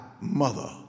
mother